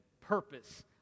purpose